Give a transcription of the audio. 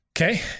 Okay